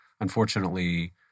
unfortunately